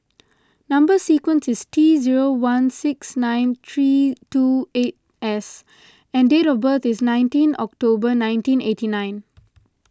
Number Sequence is T zero one six nine three two eight S and date of birth is nineteen October nineteen eighty nine